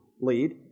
lead